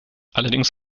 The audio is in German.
allerdings